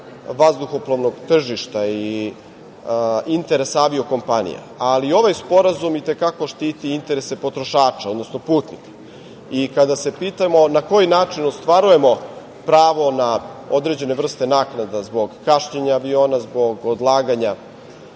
vazduhoplovnog tržišta i interesa avio-kompanija, ali ovaj sporazum i te kako štiti interese potrošača, odnosno putnika. Kada se pitamo na koji način ostvarujemo pravo na određene vrste naknada zbog kašnjenja aviona zbog odlaganja